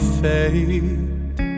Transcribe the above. fate